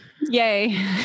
Yay